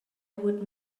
would